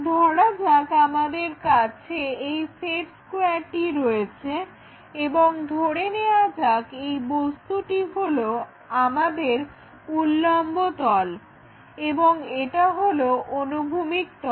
ধরা যাক আমাদের কাছে এই সেট স্কোয়ারটি রয়েছে এবং ধরে নেয়া যাক এই বস্তুটি হলো আমাদের উল্লম্ব তল এবং এটা হলো অনুভূমিক তল